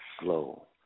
slow